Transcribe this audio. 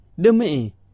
demi